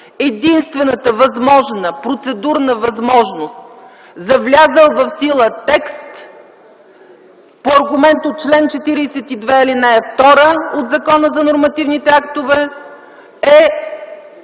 Единствената процедурна възможност за влязъл в сила текст по аргумент от чл. 42, ал. 2 от Закона за нормативните актове, е